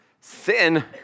Sin